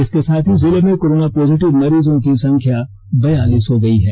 इसके साथ ही जिले में कोरोना पॉजिटिव मरीजों की संख्या ब्यालीस हो गई है